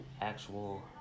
actual